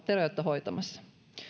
hoitamassa lapsista kuitenkin